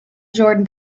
jordan